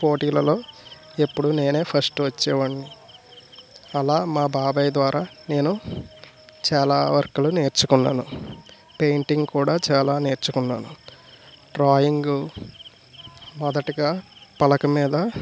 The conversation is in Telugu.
పోటీలలో ఎప్పుడు నేను ఫస్ట్ వచ్చే వాడిని అలా మా బాబాయ్ ద్వారా నేను చాలా వర్కులు నేర్చుకున్నాను పెయింటింగ్ కూడా చాలా నేర్చుకున్నాను డ్రాయింగ్ మొదటగా పలక మీద